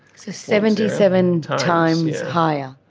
so seventy seven times higher.